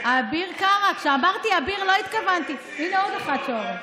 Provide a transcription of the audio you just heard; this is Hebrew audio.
אביר קארה, כשאמרתי אביר לא התכוונתי, אביר,